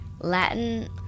Latin